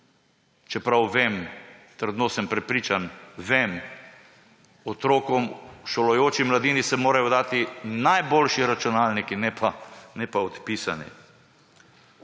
Čeprav vem, trdno sem prepričan, vem, otrokom, šolajoči se mladini se morajo dati najboljši računalniki, ne pa odpisani.